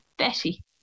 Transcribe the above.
Betty